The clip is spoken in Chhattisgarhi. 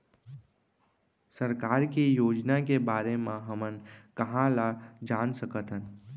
सरकार के योजना के बारे म हमन कहाँ ल जान सकथन?